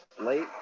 late